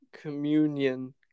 communion